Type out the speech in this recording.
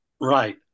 Right